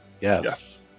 Yes